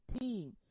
team